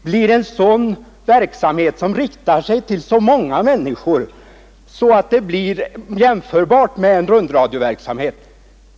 blir en sådan verksamhet som riktar sig till så många människor att det blir jämförbart med rundradioverksamhet.